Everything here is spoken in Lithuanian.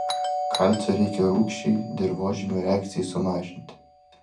kalcio reikia rūgščiai dirvožemio reakcijai sumažinti